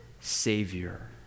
Savior